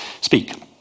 speak